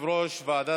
העמוק,